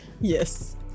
yes